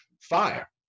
Fire